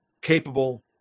capable